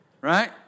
Right